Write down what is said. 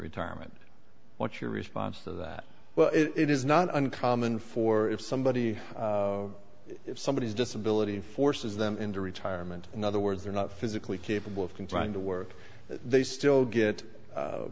retirement what's your response to that well it is not uncommon for if somebody if somebody is disability forces them into retirement in other words they're not physically capable of complying to work they still get